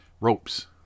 ropes